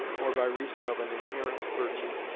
or by reason of an inherent virtue.